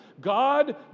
God